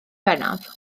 bennaf